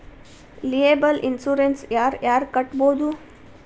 liable insurance ಯಾರ್ ಯಾರ್ ಕಟ್ಬೊದು